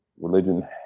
religion